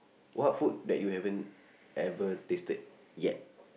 what food that you haven't ever tasted yet